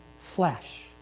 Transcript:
flesh